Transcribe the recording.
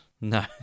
No